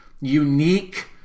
unique